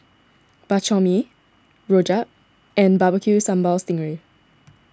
Bak Chor Mee Rojak and Barbecue Sambal Sting Ray